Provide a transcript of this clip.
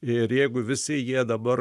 ir jeigu visi jie dabar